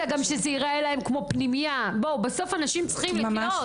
ייראה כמו פנימייה, בסוף האנשים צריכים לחיות.